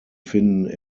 finden